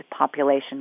population